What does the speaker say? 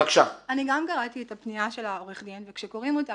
אני גם קראתי את הפנייה של עורך הדין וכשקוראים אותה